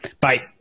Bye